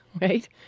right